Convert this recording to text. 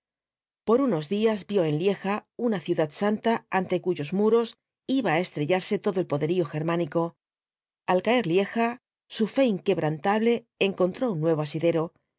por unos días vio en lieja una ciudad santa ante cuyos muros iba á estrellarse todo el poderío germánico al caer lieja su fe inquebrantable encontró un nuevo asidero